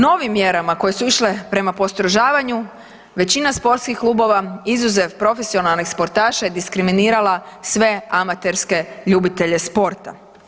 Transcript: Novim mjerama koje su išle prema postrožavanju većina sportskih klubova izuzev profesionalnih sportaša je diskriminirala sve amaterske ljubitelje sporta.